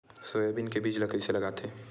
Soybean के बीज ल कइसे लगाथे?